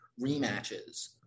rematches